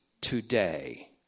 today